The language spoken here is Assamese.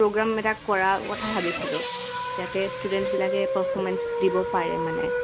প্ৰগ্ৰেমবিলাক কৰা কথা ভাবিছিলোঁ ইয়াতে ষ্টুডেণ্টছবিলাকে পাৰ্ফমেঞ্চ দিব পাৰে মানে